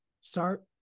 start